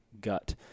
gut